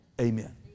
Amen